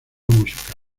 musical